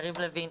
יריב לוין.